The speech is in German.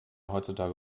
heutzutage